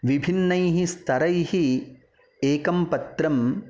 विभिन्नैः स्तरैः एकं पत्रं